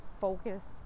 focused